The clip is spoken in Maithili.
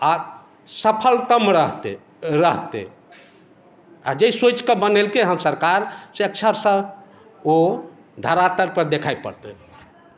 आ सफलतम रहतै आ जे सोचि के बनेलकै हँ सरकार स्वेक्षासँ ओ धरातल पर देखाइ परतै